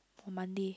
Monday